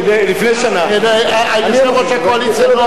יושב-ראש הקואליציה,